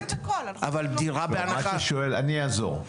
אני אעזור.